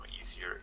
easier